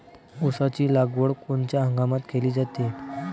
ऊसाची लागवड कोनच्या हंगामात केली जाते?